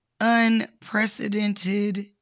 unprecedented